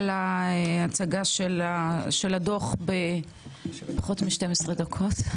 על הצגת הדוח בפחות מ-12 דקות.